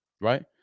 right